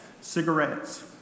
cigarettes